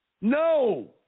No